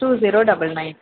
two zero double nine